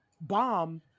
bomb